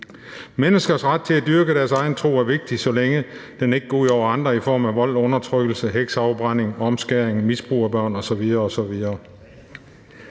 Menneskers ret til at dyrke deres egen tro er vigtig, så længe den ikke går ud over andre i form af vold, undertrykkelse, hekseafbrænding, omskæring, misbrug af børn osv.